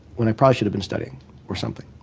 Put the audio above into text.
when i probably should have been studying or something.